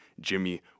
Jimmy